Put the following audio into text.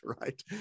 right